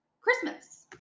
christmas